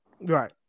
Right